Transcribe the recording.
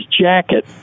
jacket